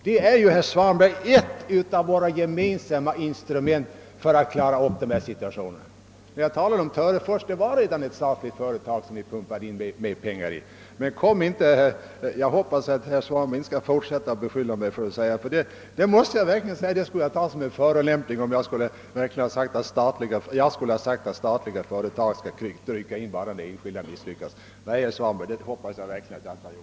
Det är ett av de instrument vi har för att klara upp en sådan här situation. Jag nämnde Törefors. Det var redan ett statligt företag som vi pumpade in mer pengar i. Jag hoppas nu att herr Svanberg inte skall fortsätta att beskylla mig för att ha sagt att statliga företag skall rycka in bara när de enskilda misslyckas. Jag har i varje fall inte avsett det och jag känner herr Svanbergs påstående nästan som en förolämpning mot min övertygelse.